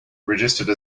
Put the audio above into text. registered